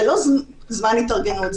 זה לא זמן התארגנות,